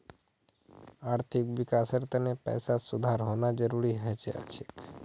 आर्थिक विकासेर तने पैसात सुधार होना जरुरी हय जा छे